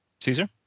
Caesar